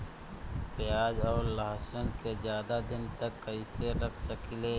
प्याज और लहसुन के ज्यादा दिन तक कइसे रख सकिले?